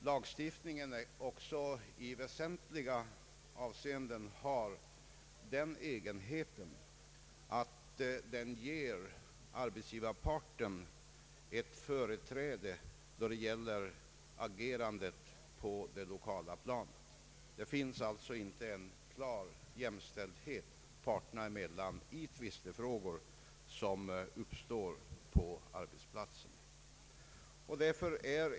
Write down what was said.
Lagstiftningen har också i väsentliga avseenden den egenheten, att den ger arbetsgivarparten ett företräde då det gäller agerande på det lokala planet. Det råder inte någon klar jämställdhet mellan parterna i tvistefrågor som uppkommer på arbetsplatsen.